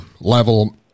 level